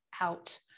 out